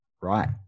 right